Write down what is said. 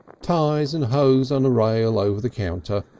ties and hose on a rail over the counter.